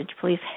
Please